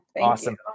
Awesome